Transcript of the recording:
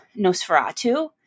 Nosferatu